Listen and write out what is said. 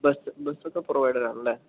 bus ബസ്സൊക്കെ provided ആണല്ലേ